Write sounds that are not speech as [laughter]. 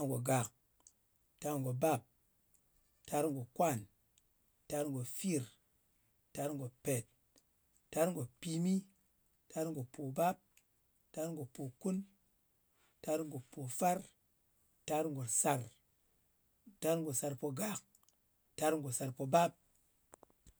Tar ngò gak, tar ngo bap, [noise] tar ngo kwa, tar ngo fir, tar ngo pèt, tar ngo pimi, tar ngo pòbap, tak ngo pokun, tar ngo pofar, tar ngo sar, tar ngo sarpogak, tar ngo sarpobap,